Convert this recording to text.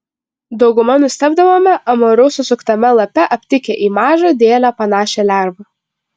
dauguma nustebdavome amarų susuktame lape aptikę į mažą dėlę panašią lervą